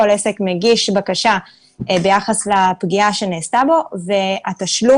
כל עסק מגיש בקשה ביחס לפגיעה שנגרמה לו והתשלום